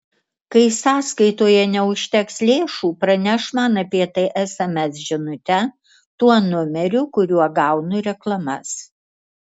kai sąskaitoje neužteks lėšų praneš man apie tai sms žinute tuo numeriu kuriuo gaunu reklamas